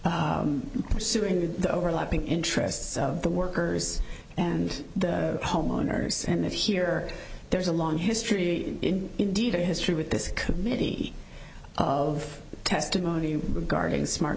overlapping pursuing the overlapping interests of the workers and the homeowners and here there's a long history indeed a history with this committee of testimony regarding smart